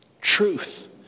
truth